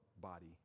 body